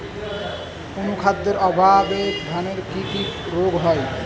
অনুখাদ্যের অভাবে ধানের কি কি রোগ হয়?